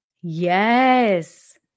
Yes